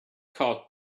caught